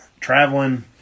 traveling